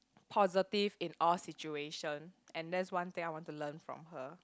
positive in all situation and that's one thing I want to learn from her